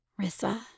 Rissa